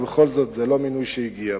ובכל זאת זה לא מינוי שהגיע.